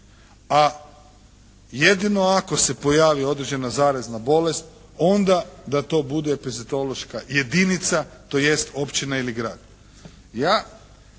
a jedino ako se pojavi određena zarazna bolest onda da to bude epizetološka jedinica, tj. općina ili grad.